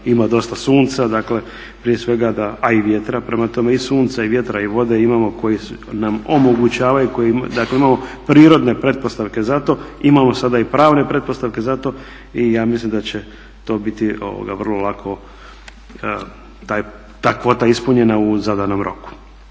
ima dosta sunca a i vjetra. Prema tome i sunca i vjetra i vode imamo koji nam omogućavaju, dakle imamo prirodne pretpostavke za to, imamo sada i pravne pretpostavke za to i ja mislim da će to biti vrlo lako ta kvota ispunjena u zadanom roku.